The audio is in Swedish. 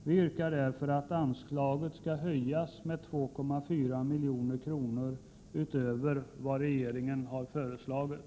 Vi yrkar därför att anslaget skall höjas med 2,4 milj.kr. utöver vad regeringen har föreslagit.